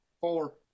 Four